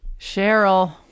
Cheryl